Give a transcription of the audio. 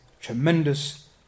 tremendous